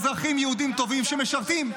אזרחים יהודים טובים שמשרתים,